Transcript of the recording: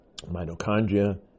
mitochondria